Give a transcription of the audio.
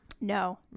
No